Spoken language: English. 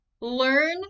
learn